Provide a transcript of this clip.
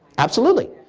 absolutely.